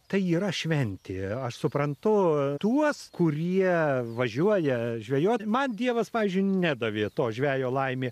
tai yra šventė aš suprantu tuos kurie važiuoja žvejoti man dievas pavyzdžiui nedavė to žvejo laimė